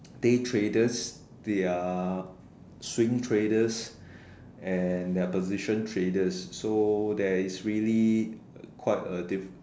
day traders there are swing traders and there are position traders so there is really quite a difference